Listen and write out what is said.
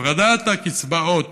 הפרדת הקצבאות